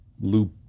loop